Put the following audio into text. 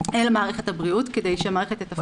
אל מערכת הבריאות כדי שהמערכת תתפקד.